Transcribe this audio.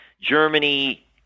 Germany